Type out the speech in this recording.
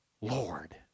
Lord